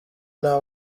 nta